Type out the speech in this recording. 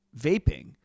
vaping